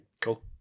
Cool